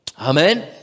Amen